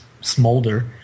smolder